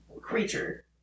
creature